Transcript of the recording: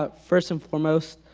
but first and foremost,